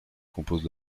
composent